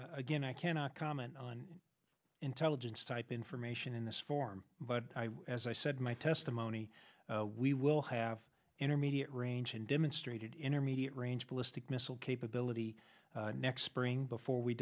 again i cannot comment on intelligence type information in this form but as i said my testimony we will have intermediate range and demonstrated intermediate range ballistic missile capability next spring before we